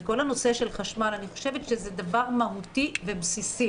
וכל הנושא של חשמל אני חושבת שזה דבר מהותי ובסיסי